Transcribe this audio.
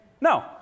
no